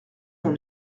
dans